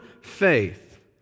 faith